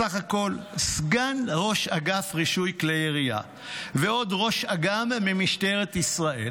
בסך הכול סגן ראש אגף רישוי כלי ירייה ועוד ראש אג"ם ממשטרת ישראל,